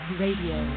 radio